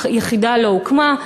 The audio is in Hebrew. היחידה לא הוקמה.